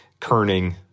kerning